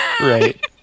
Right